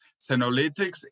Senolytics